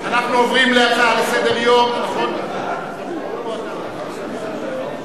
אנחנו ממשיכים בסדר-היום: בית-החולים באשקלון: